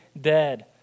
dead